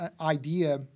idea